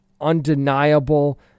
undeniable